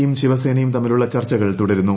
യും ശിവസേനയും തമ്മിലുള്ള ചർച്ചകൾ തുടരുന്നു